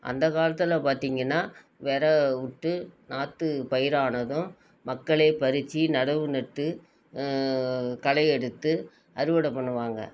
அந்த காலத்தில் பார்த்திங்கன்னா விர விட்டு நாத்து பயிறானதும் மக்கள் பறித்து நடவு நட்டு களையெடுத்து அறுவடை பண்ணுவாங்க